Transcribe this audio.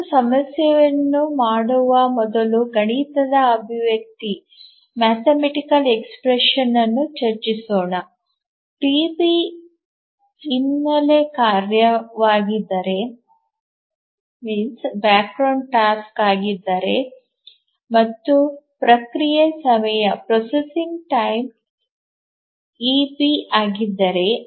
ನಾವು ಸಮಸ್ಯೆಯನ್ನು ಮಾಡುವ ಮೊದಲು ಗಣಿತದ ಅಭಿವ್ಯಕ್ತಿಯನ್ನು ಚರ್ಚಿಸೋಣ ಟಿಬಿ ಹಿನ್ನೆಲೆ ಕಾರ್ಯವಾಗಿದ್ದರೆ ಮತ್ತು ಪ್ರಕ್ರಿಯೆಯ ಸಮಯ ಇಬಿ ಆಗಿದ್ದರೆ